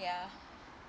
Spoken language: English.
yeah